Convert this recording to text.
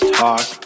talk